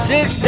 Six